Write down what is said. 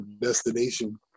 destination